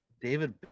David